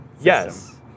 Yes